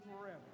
forever